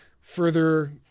further